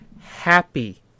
happy